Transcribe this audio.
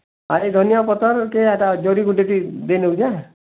ଆରେ ଇ ଧନିଆ ପତର୍କେ ଇ'ଟା ଜରି ଗୂୁଟେ ବି ଦେଇ ନେଉଛେଁ